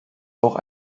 auch